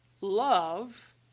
Love